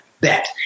bet